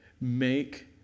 make